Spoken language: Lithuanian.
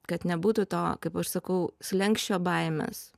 kad nebūtų to kaip aš sakau slenksčio baimes